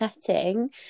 setting